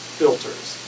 filters